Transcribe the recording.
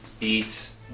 eats